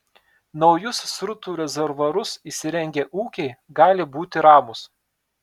naujus srutų rezervuarus įsirengę ūkiai gali būti ramūs